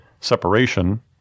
separation